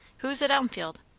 who's at elmfield?